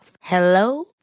Hello